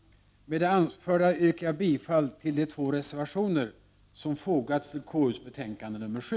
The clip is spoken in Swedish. Med det anförda yrkar jag bifall till de två reservationer som har fogats till KU:s betänkande nr 7.